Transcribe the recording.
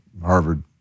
Harvard